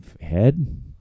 head